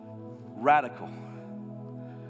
radical